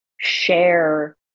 share